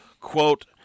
Quote